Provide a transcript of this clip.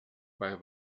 bei